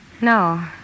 No